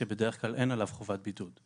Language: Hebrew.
שבדרך כלל אין עליו חובת בידוד.